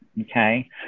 Okay